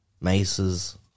maces